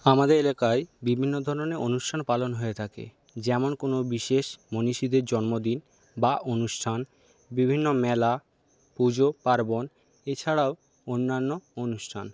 আমাদের এলাকায় বিভিন্ন ধরনের অনুষ্ঠান পালন হয়ে থাকে যেমন কোনো বিশেষ মনীষীদের জন্মদিন বা অনুষ্ঠান বিভিন্ন মেলা পুজোপার্বন এছাড়াও অন্যান্য অনুষ্ঠান